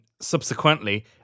subsequently